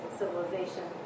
civilization